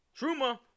Truma